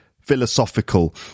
philosophical